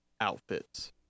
outfits